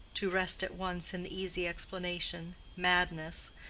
to rest at once in the easy explanation, madness,